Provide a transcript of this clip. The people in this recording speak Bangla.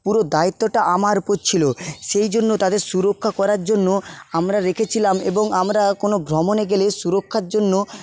পুরো দায়িত্বটা আমার উপর ছিল সেই জন্য তাদের সুরক্ষা করার জন্য আমরা রেখেছিলাম এবং আমরা কোনো ভ্রমণে গেলে সুরক্ষার জন্য